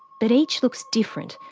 but each looks different.